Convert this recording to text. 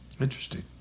Interesting